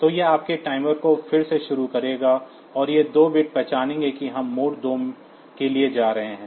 तो यह आपके टाइमर को फिर से शुरू करेगा और ये 2 बिट्स पहचानेंगे कि हम मोड 2 के लिए जा रहे हैं